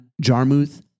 Jarmuth